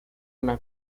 una